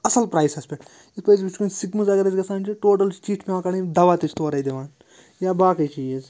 اَصٕل پرٛایسَس پٮ۪ٹھ یِتھ پٲٹھۍ سِکمٕز اَگَر أسۍ گَژھان چھِ ٹوٹَل چِٹھۍ پٮ۪وان کَڑٕنۍ دَوا تہِ چھِ تورَے دِوان یا باقٕے چیٖز